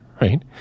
Right